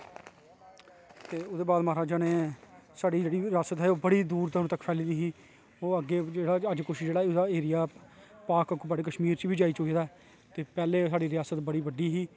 ते ओहदे बाद महाराजा ने साढ़ी जेहड़ी बी रियासत ही बड़ी दूर दा तक फैली दी ही ओह् अग्गै जेहड़ा् अज़्ज कुछ जेहड़ा ओहदा एरिया पाक आकोपाइड कश्मीर च जाई चुके दा ऐ ते पैहलें साढ़े रियासत बड़ी बड्डी ही